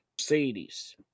Mercedes